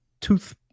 tooth